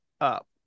up